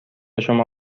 شما